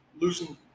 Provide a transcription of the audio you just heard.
losing